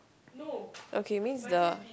okay means the